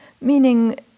meaning